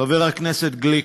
חבר הכנסת גליק,